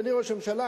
אדוני ראש הממשלה,